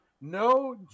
No